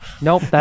Nope